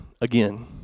again